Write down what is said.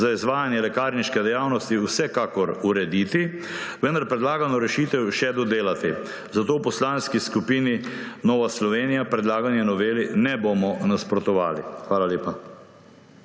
za izvajanje lekarniške dejavnosti vsekakor urediti, vendar predlagano rešitev še dodelati, zato v Poslanski skupini Nova Slovenija predlagani noveli ne bomo nasprotovali. Hvala lepa.